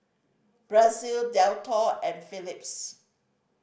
Praise Dettol and Phillips